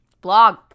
Blog